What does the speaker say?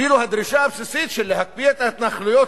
אפילו לדרישה הבסיסית להקפיא את ההתנחלויות